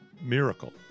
Miracle